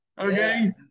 Okay